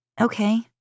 okay